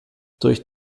durch